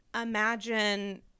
imagine